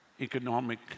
economic